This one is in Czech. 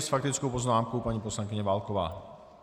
S faktickou poznámkou paní poslankyně Válková.